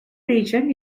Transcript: region